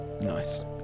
nice